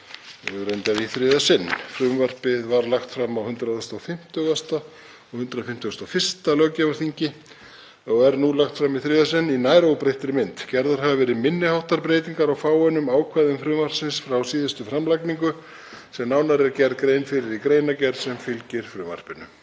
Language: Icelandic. reyndar í þriðja sinn. Frumvarpið var lagt fram á 150. og 151. löggjafarþingi og er nú lagt fram í þriðja sinn í nær óbreyttri mynd. Gerðar hafa verið minni háttar breytingar á fáeinum ákvæðum frumvarpsins frá síðustu framlagningu sem nánar er gerð grein fyrir í greinargerð sem fylgir frumvarpinu.